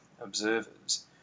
observers